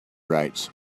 rights